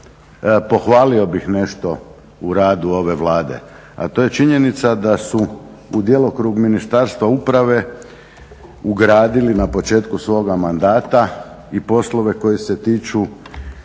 pohvalio bih nešto u radu ove Vlade, a to je činjenica da su u djelokrug Ministarstva uprave ugradili na početku svoga mandata i poslove koji se tiču